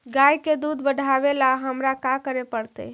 गाय के दुध बढ़ावेला हमरा का करे पड़तई?